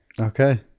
okay